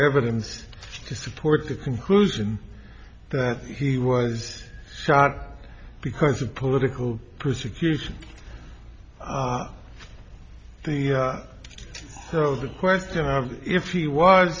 evidence to support the conclusion that he was shot because of political persecution so the question of if he was